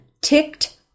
ticked